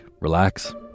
relax